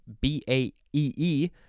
B-A-E-E